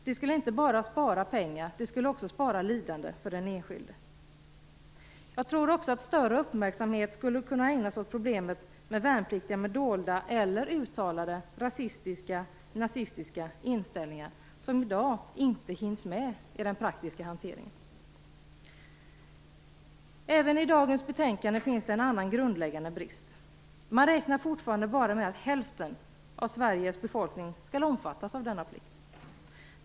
Det skulle inte bara spara pengar, det skulle också spara lidande för den enskilde. Större uppmärksamhet skulle då också kunna ägnas åt problemet med värnpliktiga med dolda eller uttalade rasistiska och nazistiska inställningar, som i dag inte alls hinns med i den praktiska hanteringen. Även i dagens betänkande finns det en annan grundläggande brist. Man räknar fortfarande bara med att hälften av Sveriges befolkning skall omfattas av denna plikt.